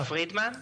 אסף פרידמן?